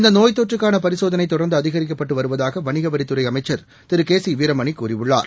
இந்தநோய் தொற்றுக்கானபரிசோதனைதொடர்ந்துஅதிகரிக்கப்பட்டுவருவதாகவணிகவரித்துறைஅமைச்ச் திருகேசிவீரமணிகூறியுள்ளார்